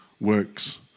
works